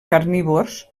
carnívors